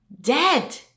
dead